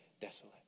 desolate